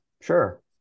sure